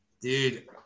Dude